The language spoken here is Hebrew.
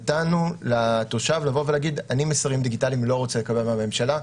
נתנו לתושב לבוא ולהגיד: מסרים דיגיטליים אני לא רוצה לקבל מהממשלה.